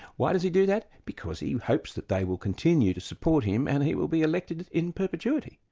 why does he do that? because he hopes that they will continue to support him and he will be elected in perpetuity.